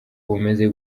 bumeze